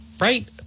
Right